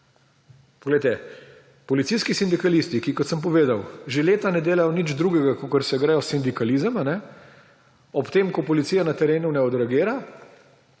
Poglejte, policijski sindikalisti, ki, kot sem povedal, že leta ne delajo nič drugega, kot da se gredo sindikalizem, ob tem ko policija na terenu ne odreagira,